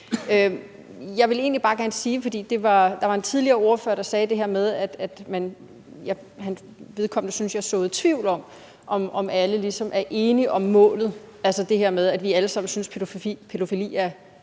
Jeg vil egentlig bare gerne sige noget til det, som en tidligere ordfører sagde, for vedkommende synes jeg såede tvivl om, om alle ligesom er enige om målet, altså det her med, at vi alle sammen synes, pædofili er